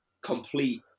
complete